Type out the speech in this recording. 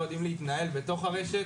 לא יודעים להתנהל בתוך הרשת,